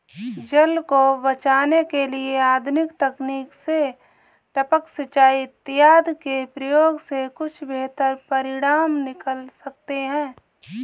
जल को बचाने के लिए आधुनिक तकनीक से टपक सिंचाई इत्यादि के प्रयोग से कुछ बेहतर परिणाम निकल सकते हैं